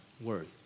word